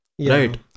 right